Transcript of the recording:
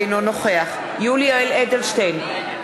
אינו נוכח יולי יואל אדלשטיין,